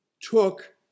took